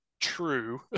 True